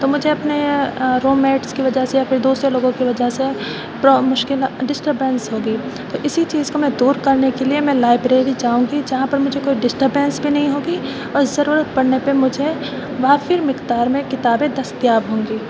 تو مجھے اپنے روم میٹس کی وجہ سے یا پھر دوسرے لوگوں کی وجہ سے مشکلات ڈسٹربنس ہوگی تو اسی چیز کو میں دور کرنے کے لیے میں لائبریری جاؤں گی جہاں پر مجھے کوئی ڈسٹربنس بھی نہیں ہوگی اور ضرورت پڑنے پہ مجھے وافر مقدار میں کتابیں دستیاب ہوں گی